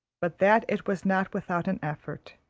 but that it was not without an effort,